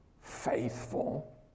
faithful